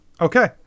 Okay